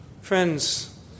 Friends